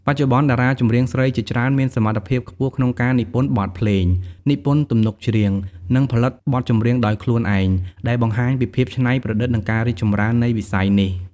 បច្ចុប្បន្ន តារាចម្រៀងស្រីជាច្រើនមានសមត្ថភាពខ្ពស់ក្នុងការនិពន្ធបទភ្លេង និពន្ធទំនុកច្រៀង និងផលិតបទចម្រៀងដោយខ្លួនឯង ដែលបង្ហាញពីភាពច្នៃប្រឌិត និងភាពរីកចម្រើននៃវិស័យនេះ។